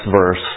verse